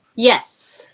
yes.